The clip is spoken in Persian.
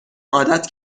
عادت